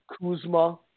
Kuzma